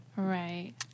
Right